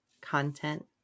content